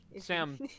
Sam